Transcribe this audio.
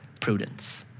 prudence